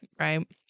right